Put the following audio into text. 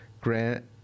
grant